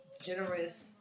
generous